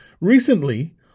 Recently